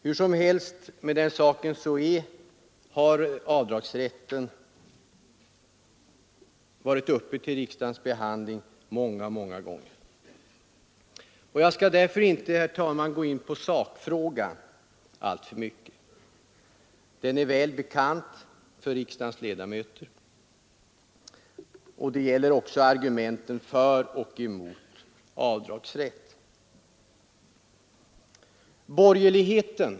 Hur som helst med den saken; avdragsrätten har varit uppe till riksdagens behandling många många gånger. Jag skall därför inte, herr talman, gå in på sakfrågan alltför mycket. Den är väl bekant för riksdagens ledamöter och det gäller också argumenten för och emot avdragsrätten.